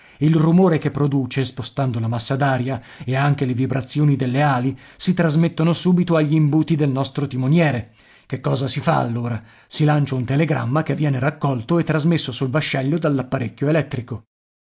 il rumore che produce spostando la massa d'aria e anche le vibrazioni delle ali si trasmettono subito agli imbuti del nostro timoniere che cosa si fa allora si lancia un telegramma che viene raccolto e trasmesso sul vascello dall'apparecchio elettrico